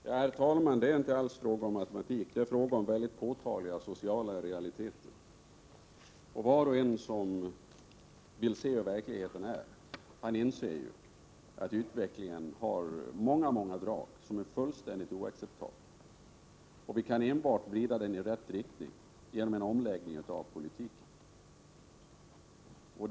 Herr talman! Det är inte alls fråga om matematik, utan det är fråga om väldigt påtagliga sociala realiteter. Var och en som vill se verkligheten inser juatt utvecklingen har många många drag som är fullständigt oacceptabla. Vi kan enbart vrida den i rätt riktning genom en omläggning av politiken.